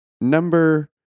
number